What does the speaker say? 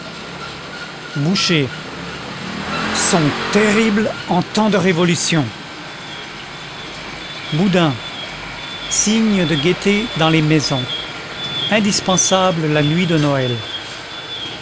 bouchers sont terribles en temps de révolution boudin signe de gaieté dans les maisons indispensable la nuit de noël